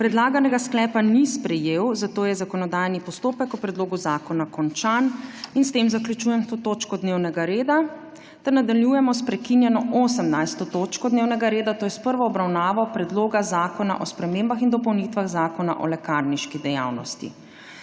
predlaganega sklepa ni sprejel, zato je zakonodajni postopek o predlogu zakona končan. S tem zaključujem to točko dnevnega reda. Nadaljujemo prekinjeno 18. točko dnevnega reda – prva obravnava Predloga zakona o spremembah in dopolnitvah Zakona o lekarniški dejavnosti.